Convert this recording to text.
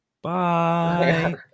bye